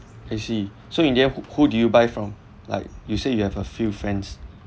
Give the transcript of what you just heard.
I see so in the end who who did you buy from like you say you have a few friends